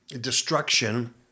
destruction